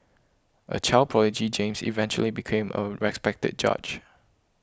a child prodigy James eventually became a respected judge